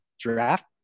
draft